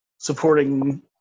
supporting